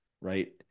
Right